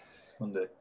Sunday